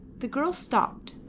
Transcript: the girl stopped,